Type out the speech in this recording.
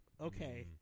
Okay